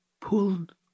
pulled